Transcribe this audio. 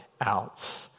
out